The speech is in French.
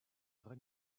vraie